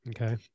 okay